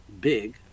big